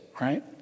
right